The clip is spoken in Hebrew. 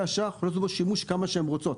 האשראי והן עושות בו שימוש כמה שהן רוצות.